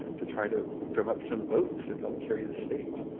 to try to drum up some votes and help carry the state.